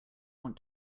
want